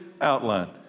outlined